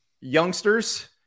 youngsters